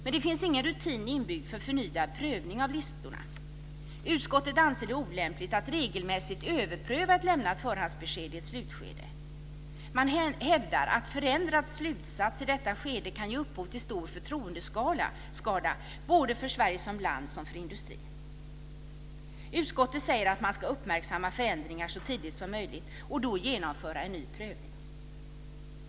Men det finns ingen rutin inbyggd för förnyad prövning av listorna. Utskottet anser det olämpligt att regelmässigt överpröva ett lämnat förhandsbesked i ett slutskede. Man hävdar att en förändrad slutsats i detta skede kan ge upphov till stor förtroendeskada såväl för Sverige som land som för industrin. Utskottet säger att man ska uppmärksamma förändringar så tidigt som möjligt och då genomföra en ny prövning.